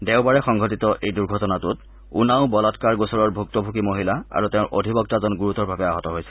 দেওবাৰে সংঘটিত এই দুৰ্ঘটনাটোত উনাও বালাৎকাৰ গোচৰৰ ভুক্তভোগী মহিলা আৰু তেওঁৰ অধিবক্তাজন গুৰুতৰভাৱে আহত হৈছিল